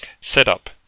setup